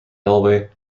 elway